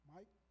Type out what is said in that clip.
Mike